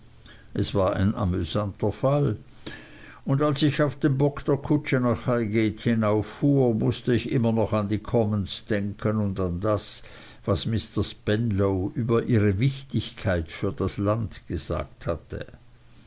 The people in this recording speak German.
es war ein amüsanter fall und als ich auf dem bock der kutsche nach highgate hinauffuhr mußte ich immer noch an die commons denken und an das was mr spenlow über ihre wichtigkeit für das land gesagt hatte